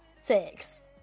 six